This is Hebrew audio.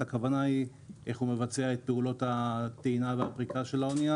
הכוונה היא איך הוא מבצע את פעולות הפריקה והטעינה של האנייה,